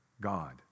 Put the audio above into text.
God